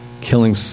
killing